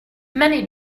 many